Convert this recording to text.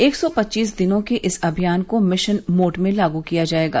एक सौ पच्चीस दिनों के इस अभियान को मिशन मोड में लागू किया जाएगा